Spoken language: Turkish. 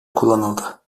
kullanıldı